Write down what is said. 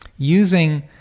using